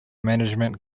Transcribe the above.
management